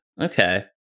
Okay